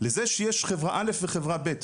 לזה שיש חברה א' וחברה ב'.